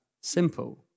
simple